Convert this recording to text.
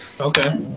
Okay